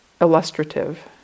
illustrative